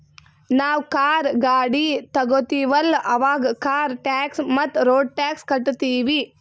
ನಾವ್ ಕಾರ್, ಗಾಡಿ ತೊಗೋತೀವಲ್ಲ, ಅವಾಗ್ ಕಾರ್ ಟ್ಯಾಕ್ಸ್ ಮತ್ತ ರೋಡ್ ಟ್ಯಾಕ್ಸ್ ಕಟ್ಟತೀವಿ